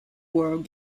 world